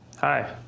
Hi